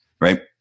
Right